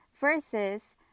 Versus